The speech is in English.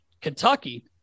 Kentucky